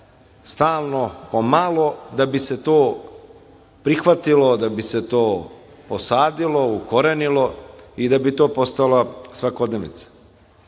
stalno po malo, da bi se to prihvatilo, da bi se to posadilo, ukorenilo i da bi to postala svakodnevnica.